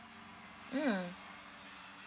mm